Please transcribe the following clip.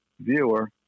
viewer